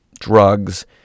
drugs